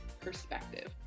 perspective